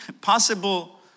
possible